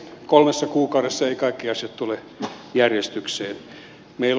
kolmessa kuukaudessa eivät kaikki asiat tule järjestykseen